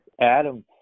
Adam